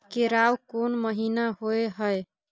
केराव कोन महीना होय हय?